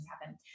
happen